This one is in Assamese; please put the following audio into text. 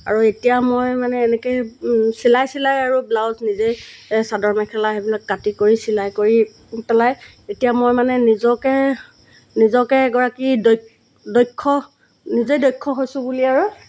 আৰু এতিয়া মই মানে এনেকৈয়ে চিলাই চিলাই আৰু ব্লাউজ নিজেই চাদৰ মেখেলা সেইবিলাক কাটি কৰি চিলাই কৰি পেলাই এতিয়া মই মানে নিজকে নিজকে এগৰাকী দক্ষ নিজেই দক্ষছোঁ বুলি আৰু